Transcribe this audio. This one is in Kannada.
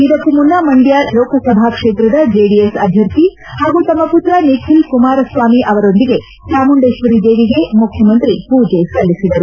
ಇದಕ್ಕೂ ಮುನ್ನ ಮಂಡ್ದ ಲೋಕಸಭಾ ಕ್ಷೇತ್ರದ ಜೆಡಿಎಸ್ ಅಭ್ಯರ್ಥಿ ಹಾಗೂ ತಮ್ನ ಪುತ್ರ ನಿಖಿಲ್ ಕುಮಾರಸ್ವಾಮಿ ಅವರೊಂದಿಗೆ ಚಾಮುಂಡೇಶ್ವರಿ ದೇವಿಗೆ ಮುಖ್ಯಮಂತ್ರಿ ಪೂಜೆ ಸಲ್ಲಿಸಿದರು